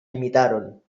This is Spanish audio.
imitaron